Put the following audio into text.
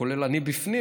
כולל אני בפנים,